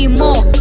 more